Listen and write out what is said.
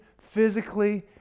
physically